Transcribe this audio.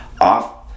off